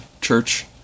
church